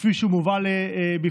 כפי שהוא מובא לפניכם.